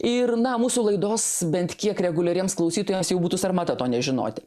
ir na mūsų laidos bent kiek reguliariems klausytojams jau būtų sarmata to nežinoti